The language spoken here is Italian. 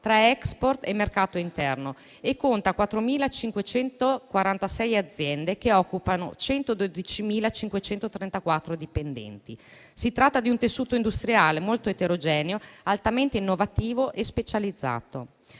tra *export* e mercato interno, e conta 4.546 aziende, che occupano 112.534 dipendenti. Si tratta di un tessuto industriale molto eterogeneo, altamente innovativo e specializzato.